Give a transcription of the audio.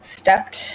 stepped